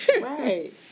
right